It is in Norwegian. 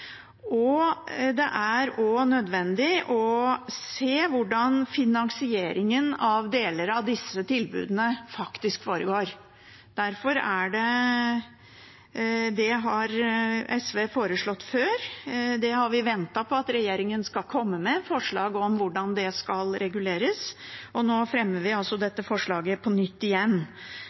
Det er også nødvendig å se på hvordan finansieringen av deler av disse tilbudene faktisk foregår. Det har SV foreslått før, og vi har ventet på at regjeringen skulle komme med forslag om hvordan det skal reguleres. Nå fremmer vi altså dette forslaget på nytt,